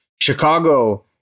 Chicago